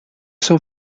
son